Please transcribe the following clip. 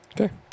Okay